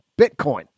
Bitcoin